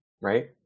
Right